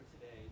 today